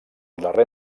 darrer